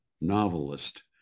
novelist